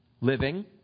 Living